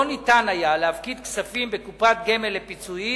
לא ניתן היה להפקיד כספים בקופת גמל לפיצויים,